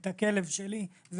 את הכלב שלי,